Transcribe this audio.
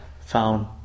found